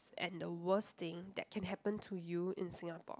and the worst thing that can happen to you in Singapore